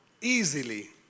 easily